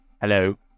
Hello